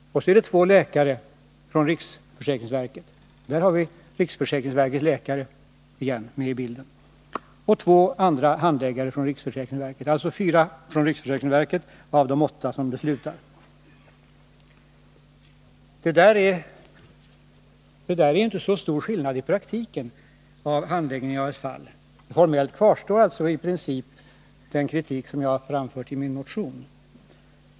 Så är det två läkare från riksförsäkringsverket — där har vi återigen riksförsäkringsverkets läkare medi bilden — och två handläggare från riksförsäkringsverket. Av de åtta som beslutar kommer alltså fyra från riksförsäkringsverket. Det har således i praktiken inte blivit så stor skillnad i handläggningen av ett fall. Formellt kvarstår därför i princip den kritik som jag har framfört i min motion.